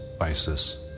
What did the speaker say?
Isis